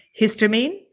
histamine